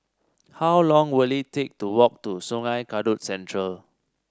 how long will it take to walk to Sungei Kadut Central